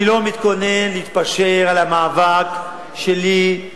אני לא מתכונן להתפשר על המאבק שלי עם